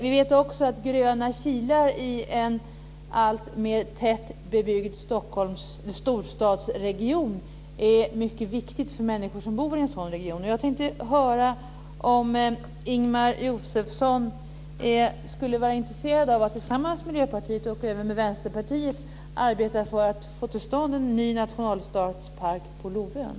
Vi vet också att gröna kilar i en alltmer tätbebyggd storstadsregion är mycket viktiga för människor som bor i en sådan region. Jag tänkte höra om Ingemar Josefsson skulle vara intresserad av att tillsammans med Miljöpartiet och även Vänsterpartiet arbeta för att få till stånd en ny nationalstadspark på Lovön.